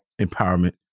empowerment